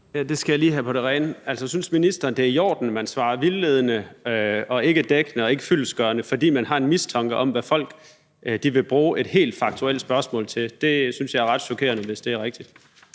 Det skal jeg lige have på det rene: Synes ministeren, at det er i orden, at man svarer vildledende og ikke dækkende og ikke fyldestgørende, fordi man har en mistanke om, hvad folk vil bruge et helt faktuelt spørgsmål til? Det synes jeg er ret chokerende, hvis det er rigtigt.